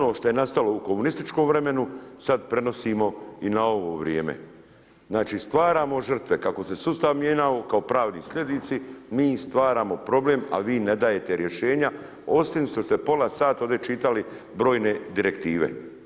Ono što je nastalo u komunističkom vremenu, sad prenosimo i na ovo vrijeme. znači stvaramo žrtve kako se sustav mijenjao kao pravni slijednici, mi stvaramo problem a vi ne dajete rješenja osim što ste pola sata ovdje čitali brojne direktive.